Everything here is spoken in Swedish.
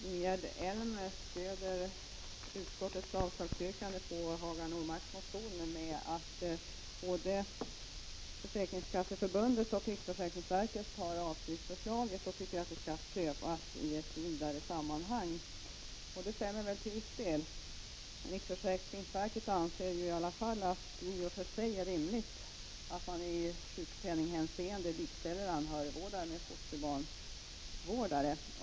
Herr talman! Ingegerd Elm stöder utskottets yrkande om avslag på Hagar Normarks motion med hänvisning till att både Försäkringskasseförbundet och riksförsäkringsverket har avstyrkt förslaget och tycker att det skall prövas i ett vidare sammanhang. Det är till viss del riktigt. Riksförsäkringsverket anser dock att det i och för sig är rimligt att man i sjukpenninghänseende likställer anhörigvårdare med fosterbarnvårdare.